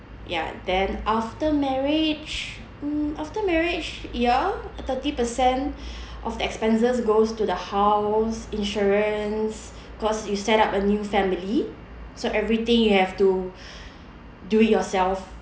ya then after marriage mm after marriage ya thirty percent of the expenses goes to the house insurance cause you set up a new family so everything you have to do it yourself